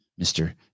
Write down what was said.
Mr